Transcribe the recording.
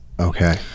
Okay